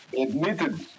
admitted